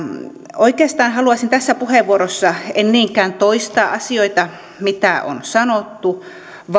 oikeastaan en haluaisi tässä puheenvuorossa niinkään toistaa asioita joita on sanottu